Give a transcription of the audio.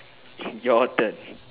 your turn